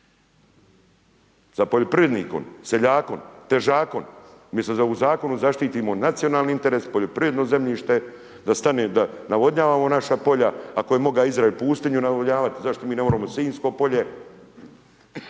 Za poljoprivrednikom, seljakom, težakom umjesto da u zakonu zaštitimo nacionalni interes poljoprivredno zemljište da stane da navodnjavamo naša polja ako je moga Izrael pustinju navodnjavat zašto mi nemoremo Sinjsko polje.